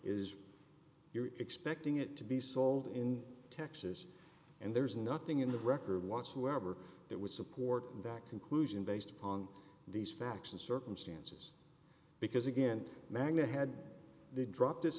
is you're expecting it to be sold in texas and there's nothing in the record whatsoever that would support that conclusion based on these facts and circumstances because again magna had dropped